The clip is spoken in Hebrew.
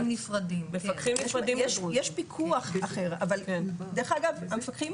יש פיקוח אחר אבל דרך אגב המפקחים,